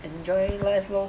enjoy life lor